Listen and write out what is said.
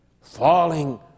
falling